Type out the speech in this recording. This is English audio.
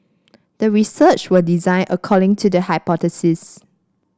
the research were designed according to the hypothesis